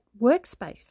workspace